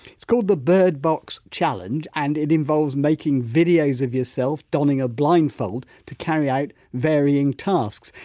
it's called the bird box challenge and it involves making videos of yourself donning a blindfold to carry out varying tasks,